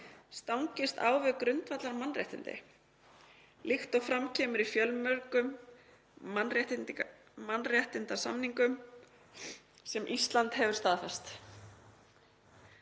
stangist á við grundvallarmannréttindi, líkt og fram kemur í fjölmörgum mannréttindasamningum sem Ísland hefur staðfest.